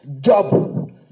Job